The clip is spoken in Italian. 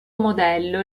modello